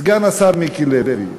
סגן השר מיקי לוי,